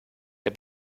der